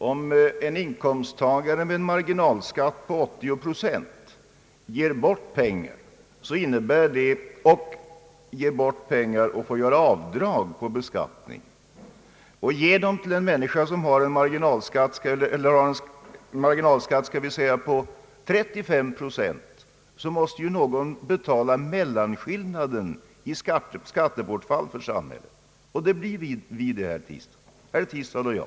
Om en inkomsttagare med en marginalskatt på 80 procent ger bort pengar och får göra avdrag vid beskattningen samt ger dessa pengar till en människa som har en marginalskatt på låt säga 35 procent, då måste ju någon betala skillnaden, skattebortfallet för samhället. Och det blir vi, herr Tistad — herr Tistad och jag.